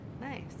nice